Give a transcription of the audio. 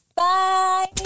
Bye